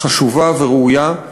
חשובה וראויה,